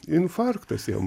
infarktas jam